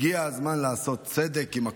הגיע הזמן לעשות צדק עם הקורבנות.